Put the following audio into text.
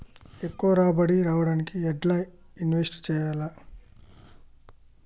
ఎక్కువ రాబడి రావడానికి ఎండ్ల ఇన్వెస్ట్ చేయాలే?